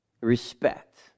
Respect